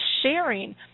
sharing